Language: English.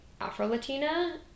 Afro-Latina